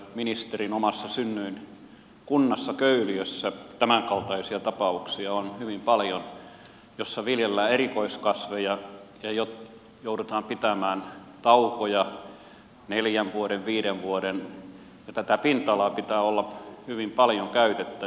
ministerin omassa synnyinkunnassa köyliössä tämänkaltaisia tapauksia on hyvin paljon joissa viljellään erikoiskasveja ja joudutaan pitämään taukoja neljän vuoden viiden vuoden ja tätä pinta alaa pitää olla hyvin paljon käytettävissä